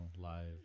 live